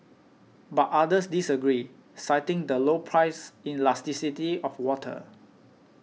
but others disagree citing the low price elasticity of water